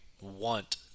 want